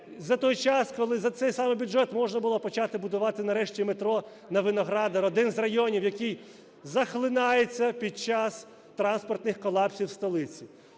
за той час, коли за цей самий бюджет можна було почати будувати нарешті метро на Виноградар – один з районів, який захлинається під час транспортних колапсів столиці.